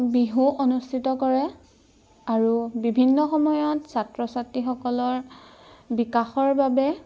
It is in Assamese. বিহু অনুষ্ঠিত কৰে আৰু বিভিন্ন সময়ত ছাত্ৰ ছাত্ৰীসকলৰ বিকাশৰ বাবে